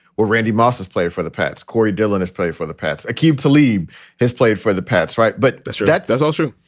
well, randy moss is played for the pats. corey dillon has played for the pats. i keep to liebe has played for the pats. right. but so that does also.